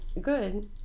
good